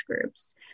groups